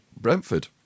Brentford